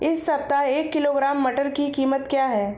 इस सप्ताह एक किलोग्राम मटर की कीमत क्या है?